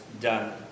done